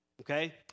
Okay